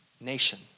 nation